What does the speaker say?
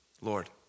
Lord